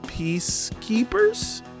peacekeepers